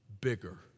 bigger